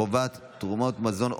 חובת תרומת מזון עודף),